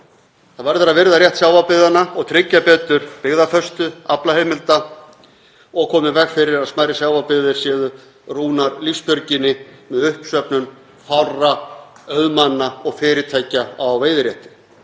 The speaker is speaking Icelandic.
Það verður að virða rétt sjávarbyggðanna og tryggja betur byggðafestu aflaheimilda og koma í veg fyrir að smærri sjávarbyggðir séu rúnar lífsbjörginni með uppsöfnun fárra auðmanna og fyrirtækja á veiðirétti.